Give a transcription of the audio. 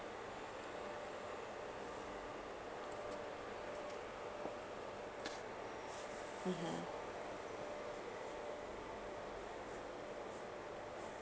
mmhmm